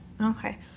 Okay